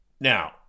Now